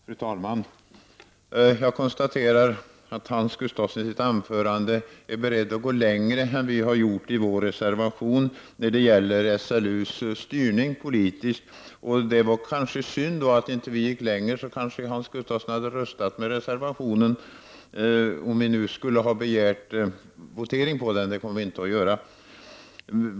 Fru talman! Jag konstaterar att Hans Gustafsson i sitt anförande var beredd att gå längre än vad vi moderater har gjort i vår reservation när det gäller SLUs politiska styrning. Det var kanske synd att vi inte gick längre, för då hade Hans Gustafsson kanske röstat för reservationen, om vi nu hade begärt votering om den, vilket vi inte kommer att göra.